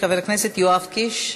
חבר הכנסת יואב קיש,